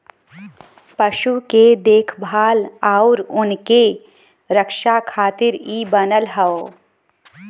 पशु के देखभाल आउर उनके रक्षा खातिर इ बनल हौ